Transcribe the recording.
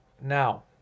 Now